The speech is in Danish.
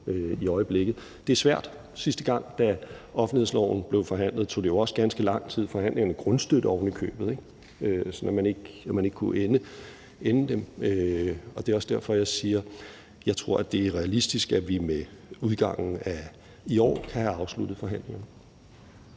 i øjeblikket. Det er svært. Sidste gang, da offentlighedsloven blev forhandlet, tog det jo også ganske lang tid. Forhandlingerne grundstødte ovenikøbet, sådan at man ikke kunne afslutte dem. Det er også derfor, jeg siger, at jeg tror, det er realistisk, at vi med udgangen af i år kan have afsluttet forhandlingerne.